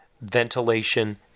ventilation